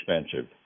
expensive